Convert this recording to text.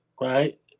right